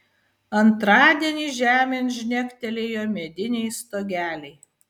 antradienį žemėn žnektelėjo mediniai stogeliai